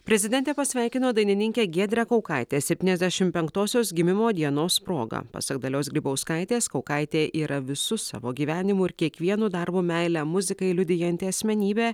prezidentė pasveikino dainininkę giedrę kaukaitę septyniasdešimt penktosios gimimo dienos proga pasak dalios grybauskaitės kaukaitė yra visu savo gyvenimu ir kiekvienu darbu meilę muzikai liudijanti asmenybė